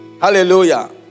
Hallelujah